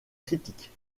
critiques